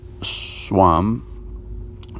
swam